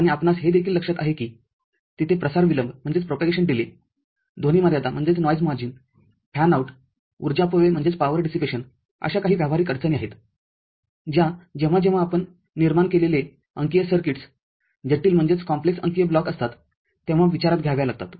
आणि आपणास हे देखील लक्षात आहे की तिथे प्रसार विलंबध्वनी मर्यादाफॅन आउटऊर्जा अपव्यय अशा काही व्यावहारिक अडचणी आहेत ज्या जेव्हा जेव्हा आपण निर्माण केलेले अंकीय सर्किट्स जटिल अंकीय ब्लॉकअसतात तेव्हा विचारात घ्याव्या लागतात